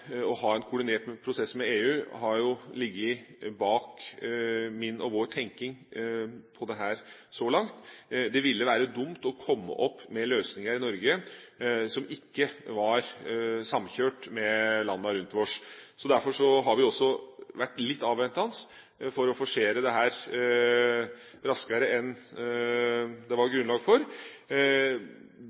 å ha en koordinert prosess med EU har ligget bak min og vår tenkning om dette så langt. Det ville være dumt å komme opp med løsninger i Norge som ikke var samkjørt med landene rundt oss. Derfor har vi også vært litt avventende med å forsere dette raskere enn det var grunnlag for.